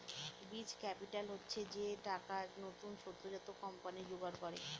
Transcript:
বীজ ক্যাপিটাল হচ্ছে যে টাকা নতুন সদ্যোজাত কোম্পানি জোগাড় করে